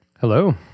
Hello